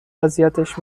اذیتش